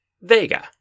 Vega